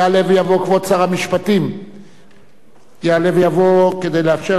כבוד שר המשפטים יעלה ויבוא כדי לאפשר לאחר מכן